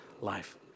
life